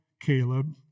Caleb